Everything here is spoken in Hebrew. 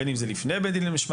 בין אם זה לפני בית דין למשמעת,